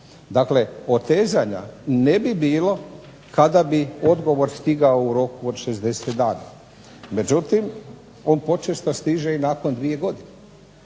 Dakle, otezanja ne bi bilo kada bi odgovor stigao u roku od 60 dana. Međutim, on počesto stiže i nakon dvije godine.